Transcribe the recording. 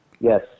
Yes